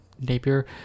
Napier